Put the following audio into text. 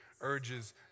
urges